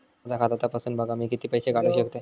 माझा खाता तपासून बघा मी किती पैशे काढू शकतय?